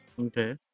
Okay